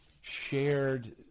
shared